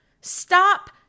Stop